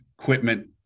equipment